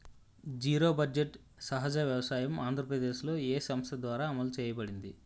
Zero budget సహజ వ్యవసాయం ఆంధ్రప్రదేశ్లో, ఏ సంస్థ ద్వారా అమలు చేయబడింది?